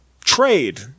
trade